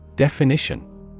Definition